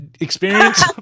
experience